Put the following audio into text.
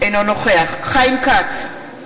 אינו נוכח חיים כץ,